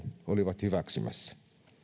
olivat hyväksymässä